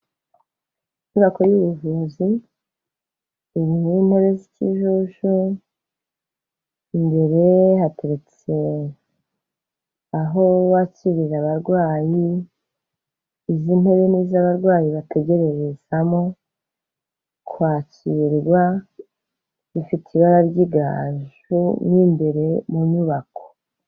Inyubako y'ubuvuzi, irimo intebe z'ikijuju, imbere hateretse aho bakirira abarwayi, izi ntebe ni iz'abarwayi bategererezamo kwakirwa, ifite ibara ry'igaju mo imbere mu nyubako.